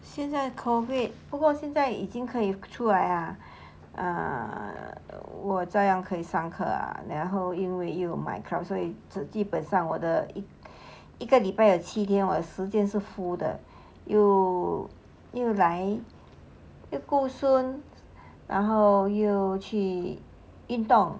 现在 COVID 不过现在已经可以出来 ah 我照样可以上课然后因为又 myClub 基本上我的一个礼拜有七天我的时间是 full 的又 like 有顾孙然后又去运动